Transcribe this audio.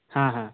ହଁ ହଁ